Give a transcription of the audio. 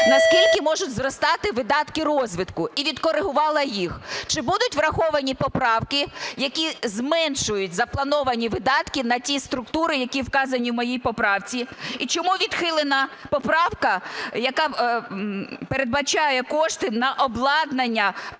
на скільки можуть зростити видатки розвитку, і відкоригувала їх. Чи будуть враховані поправки, які зменшують заплановані видатки на ті структури, які вказані в моїй поправці? І чому відхилена поправка, яка передбачає кошти на обладнання